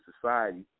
society